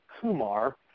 Kumar